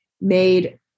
made